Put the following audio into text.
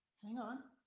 hang on,